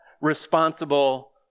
responsible